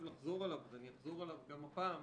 לחזור עליו אז אני אחזור עליו גם הפעם,